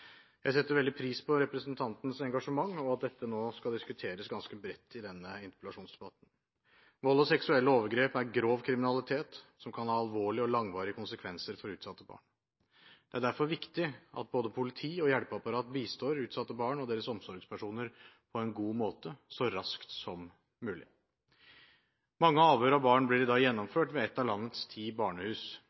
Jeg setter veldig pris på representantens engasjement, og at dette nå skal diskuteres ganske bredt i denne interpellasjonsdebatten. Vold og seksuelle overgrep er grov kriminalitet som kan ha alvorlige og langvarige konsekvenser for utsatte barn. Det er derfor viktig at både politi og hjelpeapparat bistår utsatte barn og deres omsorgspersoner på en god måte så raskt som mulig. Mange avhør av barn blir i dag gjennomført ved et av landets ti barnehus.